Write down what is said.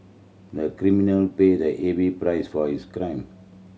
the criminal paid a heavy price for his crime